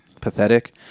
pathetic